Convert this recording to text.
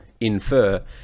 infer